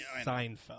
Seinfeld